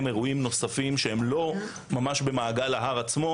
אירועים נוספים שהם לא ממש במעגל ההר עצמו,